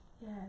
Yes